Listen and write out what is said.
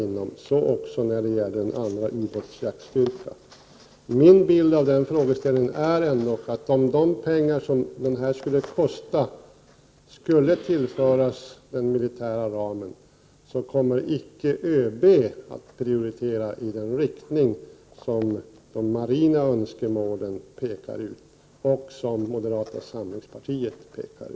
Detta gäller också en andra ubåtsjaktstyrka. Min bild av den frågeställningen är att om de pengar som denna styrka skulle kosta skulle föras in under den militära totalramen, kommer icke ÖB att prioritera i de marina önskemålens riktning, önskemål som moderata samlingspartiet har ställt sig bakom.